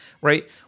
right